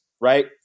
right